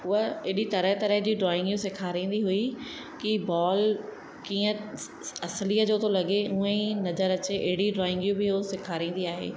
उहा एॾी तरह तरह जी ड्रॉइंगियूं सेखारींदी हुई की बॉल कीअं असलीअ जो तो लॻे ऊअं ई नज़रि अचे अहिड़ी ड्रॉइंगूं बि उहो सेखारींदी आहे